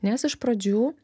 nes iš pradžių